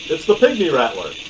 it's the pygmy rattler!